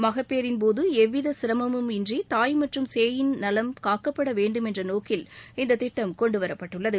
மகப்பேறின்போது எவ்வித சிரமும் இன்றி தாய் மற்றும் சேயின் நலம் காக்கப்படவேண்டும் என்ற நோக்கில் இந்த திட்டம் கொண்டுவரப்பட்டுள்ளது